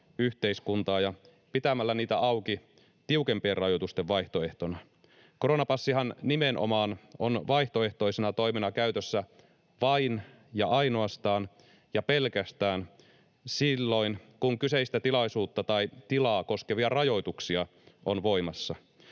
ja pitämällä niitä auki — tiukempien rajoitusten vaihtoehtona. Koronapassihan nimenomaan on vaihtoehtoisena toimena käytössä vain ja ainoastaan ja pelkästään silloin, kun kyseistä tilaisuutta tai tilaa koskevia rajoituksia on voimassa.